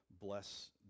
bless